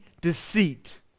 deceit